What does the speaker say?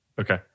Okay